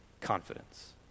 confidence